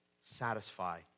satisfy